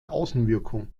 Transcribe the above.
außenwirkung